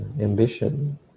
ambition